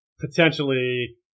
potentially